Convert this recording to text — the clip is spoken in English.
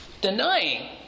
denying